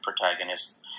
protagonist